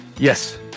Yes